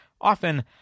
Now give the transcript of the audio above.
often